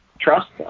trust